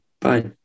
Bye